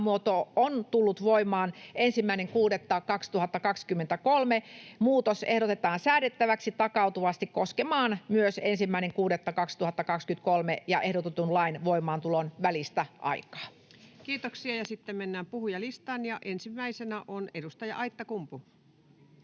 sanamuoto on tullut voimaan 1.6.2023. Muutos ehdotetaan säädettäväksi takautuvasti koskemaan myös 1.6.2023 ja ehdotetun lain voimaantulon välistä aikaa. [Speech 105] Speaker: Ensimmäinen varapuhemies